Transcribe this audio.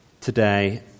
today